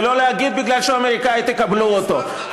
ולא להגיד שבגלל שהוא אמריקני תקבלו אותו.